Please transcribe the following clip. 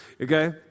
Okay